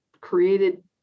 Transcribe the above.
created